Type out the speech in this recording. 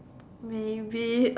maybe